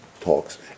talks